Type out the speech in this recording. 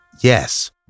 Yes